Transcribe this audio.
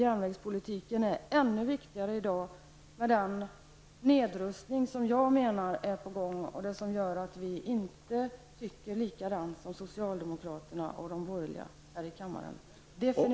Järnvägstrafiken är ännu viktigare i dag i den nedrustning som jag menar är på gång och som gör att vi definitivt inte tycker likadant som socialdemokraterna och de borgerliga här i kammaren.